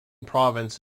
province